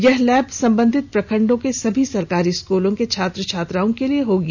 यह लैब संबंधित प्रखंडों के सभी सरकारी स्कूलों के छात्र छात्राओं के लिए होगी